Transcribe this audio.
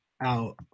out